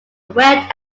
wet